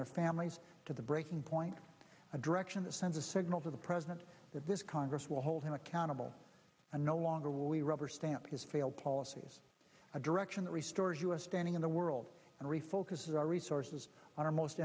their families to the breaking point a direction that sends a signal to the president that this congress will hold him accountable and no longer will we rubber stamp his failed policies a direction that restores us standing in the world and refocus our resources on our most